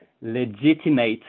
legitimate